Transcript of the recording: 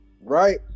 Right